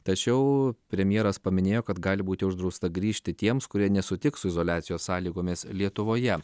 tačiau premjeras paminėjo kad gali būti uždrausta grįžti tiems kurie nesutiks su izoliacijos sąlygomis lietuvoje